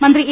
മന്ത്രി എ